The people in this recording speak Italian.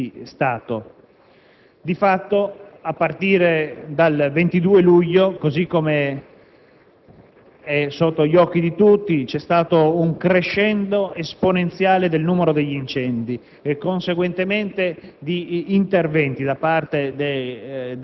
Di fatto, a partire dal 22 luglio, così come è sotto gli occhi di tutti, c'è stato un crescendo esponenziale del numero degli incendi e conseguentemente di interventi da parte dei